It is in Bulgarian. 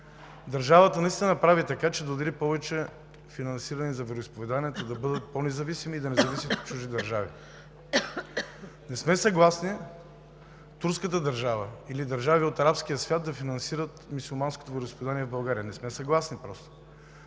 Държавата наистина прави така, че да отдели повече финансиране за вероизповеданията, да бъдат по-независими и да не зависим от чужди държави. Не сме съгласни турската държава или държави от арабския свят да финансират мюсюлманското вероизповедание в България. Просто не сме съгласни, защото